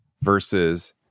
versus